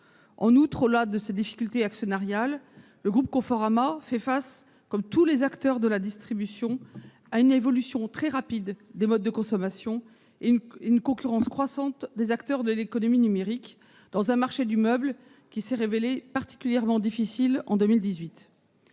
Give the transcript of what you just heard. Steinhoff. Au-delà de ces difficultés actionnariales, Conforama fait face, comme tous les acteurs de la distribution, à l'évolution très rapide des modes de consommation et à la concurrence croissante des acteurs de l'économie numérique, sur un marché du meuble qui s'est révélé particulièrement difficile en 2018.